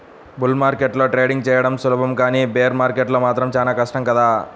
bull మార్కెట్లో trading చెయ్యడం సులభం కానీ బేర్ మార్కెట్లో మాత్రం చానా కష్టం కదా